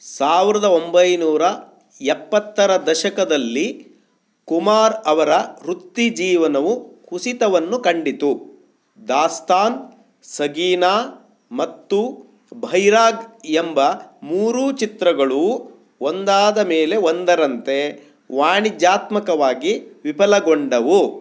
ಸಾವಿರದ ಒಂಬೈನೂರ ಎಪ್ಪತ್ತರ ದಶಕದಲ್ಲಿ ಕುಮಾರ್ ಅವರ ವೃತ್ತಿ ಜೀವನವು ಕುಸಿತವನ್ನು ಕಂಡಿತು ದಾಸ್ತಾನ್ ಸಗೀನಾ ಮತ್ತು ಭೈರಾಗ್ ಎಂಬ ಮೂರೂ ಚಿತ್ರಗಳು ಒಂದಾದಮೇಲೆ ಒಂದರಂತೆ ವಾಣಿಜ್ಯಾತ್ಮಕವಾಗಿ ವಿಫಲಗೊಂಡವು